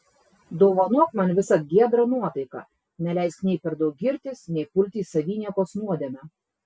dovanok man visad giedrą nuotaiką neleisk nei per daug girtis nei pulti į saviniekos nuodėmę